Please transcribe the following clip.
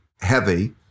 heavy